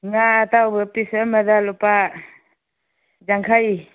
ꯉꯥ ꯑꯇꯥꯎꯕ ꯄꯤꯁ ꯑꯃꯗ ꯂꯨꯄꯥ ꯌꯥꯡꯈꯩ